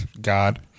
God